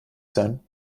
sein